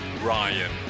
Ryan